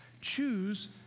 Choose